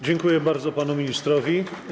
Dziękuję bardzo panu ministrowi.